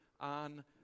on